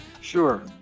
Sure